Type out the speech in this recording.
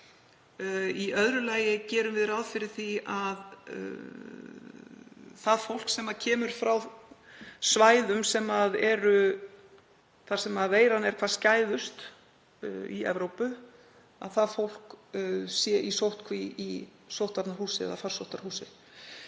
Í öðru lagi gerum við ráð fyrir því að fólk sem kemur frá svæðum þar sem veiran er hvað skæðust í Evrópu sé í sóttkví í sóttvarnahúsi eða farsóttarhúsi.